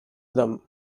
them